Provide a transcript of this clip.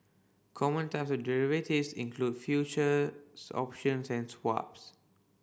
common type derivatives includes futures option and swaps